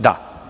Da.